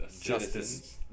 justice